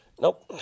Nope